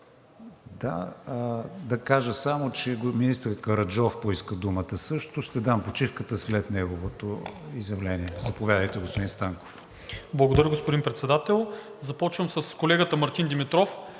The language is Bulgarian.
Да кажа само, че министър Караджов поиска думата също. Ще дам почивката след неговото изявление. Заповядайте, господин Станков. ЖЕЧО СТАНКОВ (ГЕРБ-СДС): Благодаря, господин Председател. Започвам с колегата Мартин Димитров.